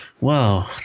Wow